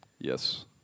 Yes